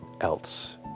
else